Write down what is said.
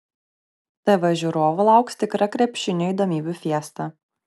tv žiūrovų lauks tikra krepšinio įdomybių fiesta